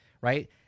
right